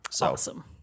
Awesome